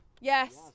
yes